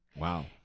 Wow